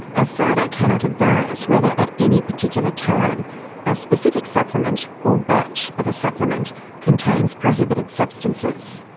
asada cannot advise whether at any particular time a specific supplement or batch of a supplement contains prohibited substances.